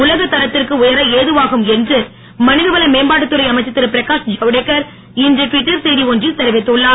உலகத் தரத்திற்கு உயர ஏதுவாகும் என்று மனிதவள மேம்பாட்டுத்துறை அமைச்சர் திருபிரகாஷ் ஜவ்டேகர் இன்று ட்விட்டர் செய்தி ஒன்றில் தெரிவித்துள்ளார்